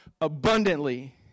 abundantly